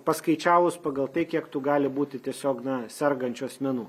paskaičiavus pagal tai kiek tų gali būti tiesiog na sergančių asmenų